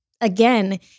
again